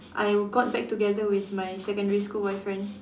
I got back together with my secondary school boyfriend